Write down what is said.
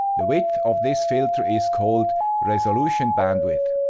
the width of this filter is called resolution bandwidth.